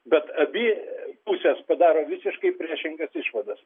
bet abi pusės padaro visiškai priešingas išvadas